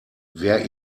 wer